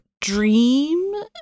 dream